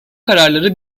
kararları